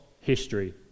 history